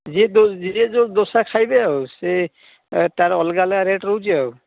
ଯିଏ ଯୋଉ ଦୋସା ଖାଇବେ ଆଉ ସିଏ ତାର ଅଲଗା ଅଲଗା ରେଟ୍ ରହୁଛି ଆଉ